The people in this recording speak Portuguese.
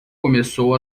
começou